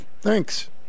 thanks